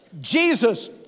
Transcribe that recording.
Jesus